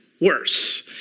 Worse